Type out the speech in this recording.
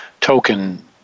Token